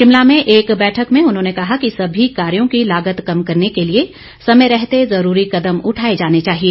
शिमला में एक बैठक में उन्होंने कहा कि सभी कार्यो की लागत कम करने के लिए समय रहते ज़रूरी कदम उठाए जाने चाहिए